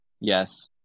Yes